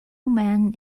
men